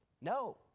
No